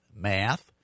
math